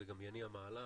זה גם יניע מהלך,